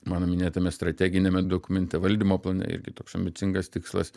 mano minėtame strateginiame dokumente valdymo plane irgi toks ambicingas tikslas